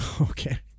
Okay